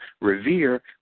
revere